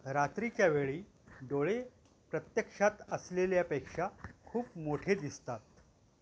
रात्रीच्या वेळी डोळे प्रत्यक्षात असलेल्यापेक्षा खूप मोठे दिसतात